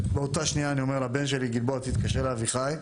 באותה שנייה אני אומר לבן שלי להתקשר לאביחי.